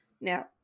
Now